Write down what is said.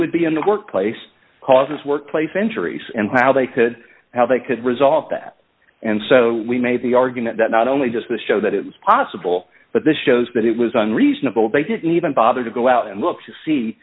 would be in the workplace causes workplace injuries and how they could how they could resolve that and so we made the argument that not only does this show that it was possible but this shows that it was unreasonable they didn't even bother to go out and look to see